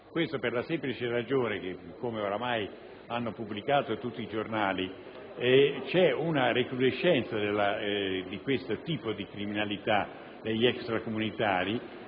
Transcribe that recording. Questo per la semplice ragione, come ormai hanno pubblicato tutti i giornali, che c'è una recrudescenza di questo tipo di criminalità degli extracomunitari